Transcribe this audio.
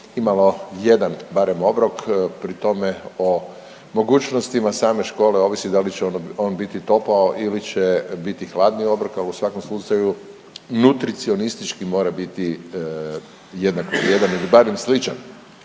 imalo jedan barem obrok, pri tome o mogućnostima same škole ovisi da li će on biti topao ili će biti hladni obrok, ali u svakom slučaju nutricionistički mora biti jednako vrijedan ili barem sličan.